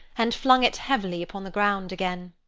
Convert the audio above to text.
and flung it heavily upon the ground again.